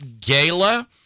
Gala